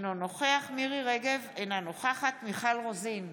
אינו נוכח מירי מרים רגב, אינה נוכחת מיכל רוזין,